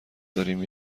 داریم